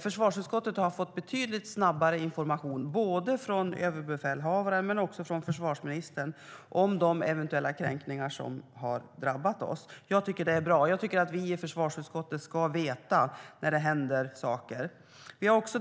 Försvarsutskottet har fått betydligt snabbare information både från överbefälhavaren och från försvarsministern om de eventuella kränkningar som vi har utsatts för. Det är bra. Jag tycker att vi i försvarsutskottet ska få veta när det händer saker. Vi har också